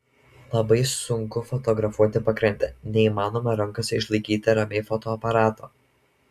labai sunku fotografuoti pakrantę neįmanoma rankose išlaikyti ramiai fotoaparato